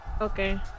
Okay